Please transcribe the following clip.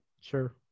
Sure